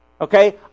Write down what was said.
Okay